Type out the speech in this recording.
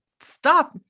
stop